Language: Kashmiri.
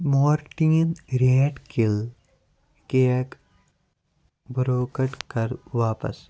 Mortein rat kill cake product کَر واپس